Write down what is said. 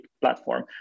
platform